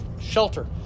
shelter